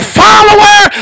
follower